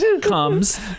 comes